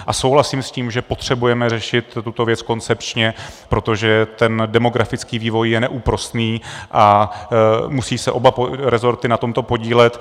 A souhlasím s tím, že potřebujeme řešit tuto věc koncepčně, protože demografický vývoj je neúprosný a musí se oba rezorty na tomto podílet.